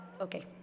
okay